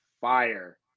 fire